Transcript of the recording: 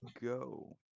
go